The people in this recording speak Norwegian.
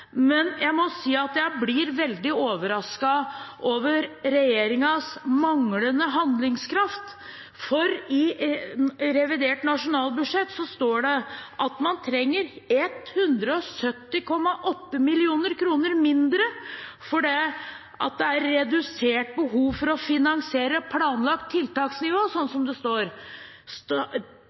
men jeg må si at jeg blir veldig overrasket over regjeringens manglende handlingskraft. I revidert nasjonalbudsjett står det at man trenger 170,8 mill. kr mindre fordi det er «redusert behov for å finansiere planlagt tiltaksnivå», som det står.